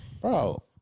Bro